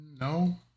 No